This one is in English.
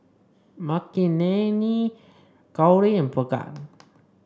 Makineni Gauri and Bhagat